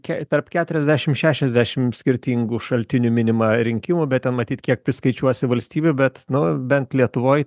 kie tarp keturiasdešimt šešiasdešimt skirtingų šaltinių minimą rinkimų bet ten matyt kiek priskaičiuosi valstybių bet nu bent lietuvoj